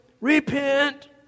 Repent